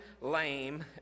lame